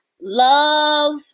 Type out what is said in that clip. Love